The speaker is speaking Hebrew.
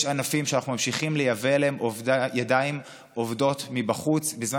יש ענפים שאנחנו ממשיכים לייבא אליהם ידיים עובדות מבחוץ בזמן